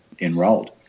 enrolled